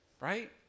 right